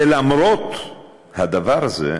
ולמרות הדבר הזה,